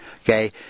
okay